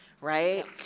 right